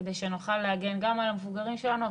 כדי שנוכל להגן גם על המבוגרים שלנו,